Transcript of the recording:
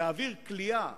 להעביר כליאה